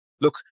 look